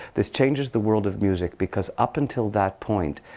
this changes the world of music. because up until that point,